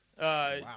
Wow